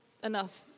enough